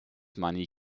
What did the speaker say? money